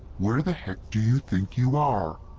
where the heck do you think you are?